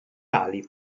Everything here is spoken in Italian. ali